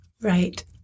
Right